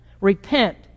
repent